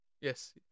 Yes